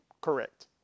correct